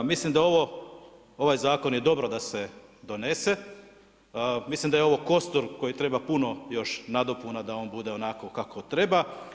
Mislim da je ovaj zakon dobro da se donese, mislim da je ovo kostur koji treba puno još nadopuna da on bude onako kako treba.